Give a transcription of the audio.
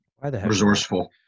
resourceful